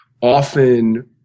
often